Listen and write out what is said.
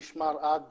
הוא נשמר עד